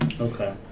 okay